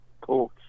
Cool